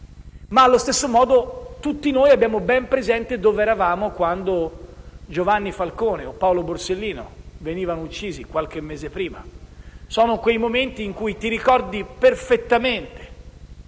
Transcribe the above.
Ma, allo stesso modo, tutti noi abbiamo ben presente dove eravamo quando Giovanni Falcone o Paolo Borsellino venivano uccisi, qualche mese prima; sono quei momenti in cui ti ricordi perfettamente